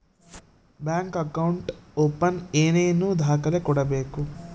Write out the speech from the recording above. Bank account open ಏನೇನು ದಾಖಲೆ ಕೊಡಬೇಕು?